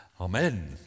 Amen